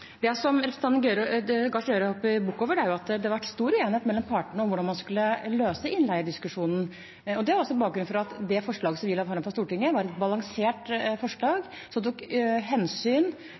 Det som representanten Gahr Støre hopper bukk over, er at det har vært stor uenighet mellom partene om hvordan man skulle løse innleiediskusjonen. Det er også bakgrunnen for at det forslaget som vi la fram for Stortinget, var et balansert forslag som tok hensyn